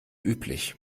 üblich